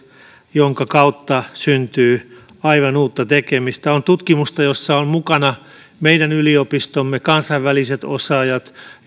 joiden kautta syntyy aivan uutta tekemistä on tutkimusta jossa ovat mukana meidän yliopistomme kansainväliset osaajat